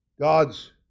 God's